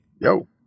Yo